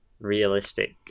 realistic